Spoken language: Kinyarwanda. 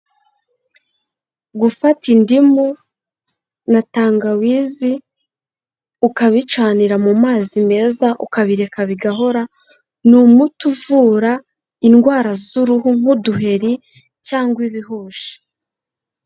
Gufata indimu na tangawizi ukabicanira mu mazi meza, ukabireka bigahora, ni umuti uvura indwara z'uruhu nk'uduheri cyangwa ibihushi.